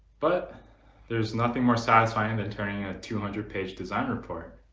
but there's nothing more sad so i ended turning ah two hundred page design report